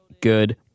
good